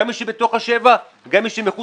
גם אלה שבתוך השבעה קילומטרים וגם מי שמחוץ,